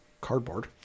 cardboard